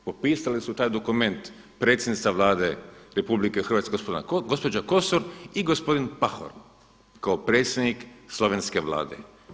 Potpisali su taj dokument predsjednica Vlade RH gospođa Kosor i gospodin Pahor, kao predsjednik Slovenske vlade.